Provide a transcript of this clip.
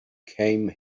came